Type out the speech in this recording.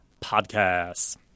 podcasts